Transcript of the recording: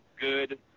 good